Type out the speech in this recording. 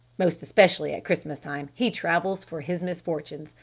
most especially at christmas time he travels for his misfortunes!